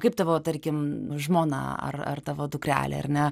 kaip tavo tarkim žmona ar ar tavo dukrelė ar ne